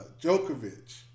Djokovic